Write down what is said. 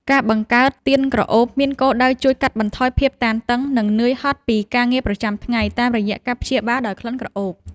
ការបង្កើតទៀនក្រអូបមានគោលដៅជួយកាត់បន្ថយភាពតានតឹង និងការនឿយហត់ពីការងារប្រចាំថ្ងៃ តាមរយៈការព្យាបាលដោយក្លិនក្រអូប។